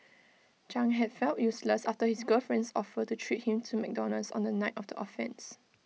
chang had felt useless after his girlfriend's offer to treat him to McDonald's on the night of the offences